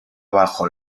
bajo